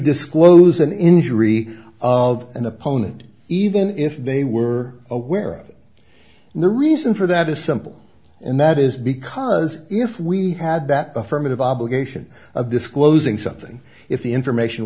disclose an injury of an opponent even if they were aware of it and the reason for that is simple and that is because if we had that affirmative obligation of disclosing something if the information